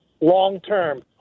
long-term